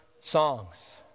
songs